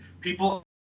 People